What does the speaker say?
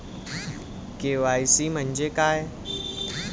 KYC म्हंजे काय?